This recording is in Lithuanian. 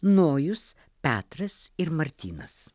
nojus petras ir martynas